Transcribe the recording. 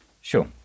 Sure